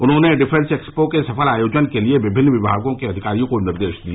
उन्होंने defence expo के सफल आयोजन के लिए विभिन्न विभागों के अधिकारियों को निर्देश दिए